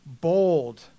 bold